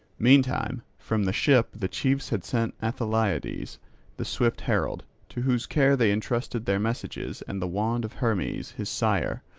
meantime from the ship the chiefs had sent aethalides the swift herald, to whose care they entrusted their messages and the wand of hermes, his sire,